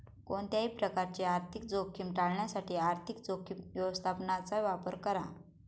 कोणत्याही प्रकारची आर्थिक जोखीम टाळण्यासाठी आर्थिक जोखीम व्यवस्थापनाचा वापर करा